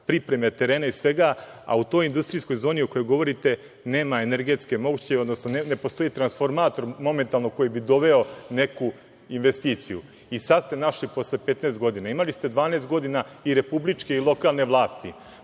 pripreme terena i svega. A u toj industrijskoj zoni o kojoj govorite nema energetske moći, odnosno ne postoji transformator momentalno koji bi doveo neku investiciju. I sad ste našli posle 15 godina... Imali ste 12 godina i republičke i lokalne vlasti.